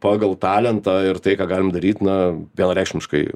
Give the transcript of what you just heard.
pagal talentą ir tai ką galim daryti na vienareikšmiškai